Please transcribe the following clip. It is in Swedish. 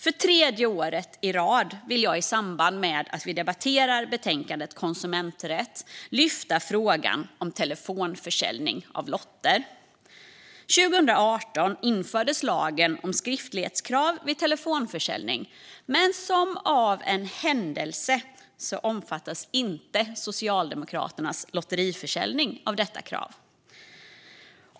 För tredje året i rad vill jag i samband med att vi debatterar betänkandet Konsumenträtt lyfta frågan om telefonförsäljning av lotter. År 2018 infördes lagen om skriftlighetskrav vid telefonförsäljning, men som av en händelse omfattas inte Socialdemokraternas lotteriförsäljning av detta krav.